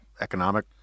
economic